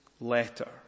letter